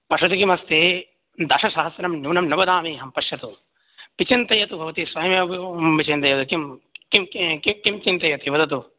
पश्यतु किमस्ति दशसहस्रं न्यूनं न वदामि अहं पश्यतु विचिन्तयतु भवती स्वयमेव विचिन्तयतु किं किं किं चिन्तयति वदतु